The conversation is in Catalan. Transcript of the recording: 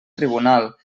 tribunal